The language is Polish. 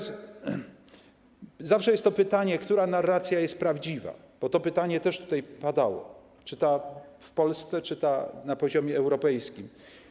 Zawsze jest to pytanie, która narracja jest prawdziwa, to pytanie tutaj też padało, czy ta w Polsce, czy ta na poziomie europejskim.